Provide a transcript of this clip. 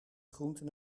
groenten